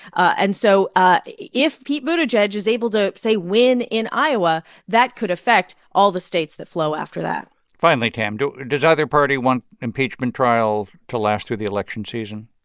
and so ah if pete buttigieg is able to, say, win in iowa that could affect all the states that flow after that finally, tam, does either party want impeachment trial to last through the election season?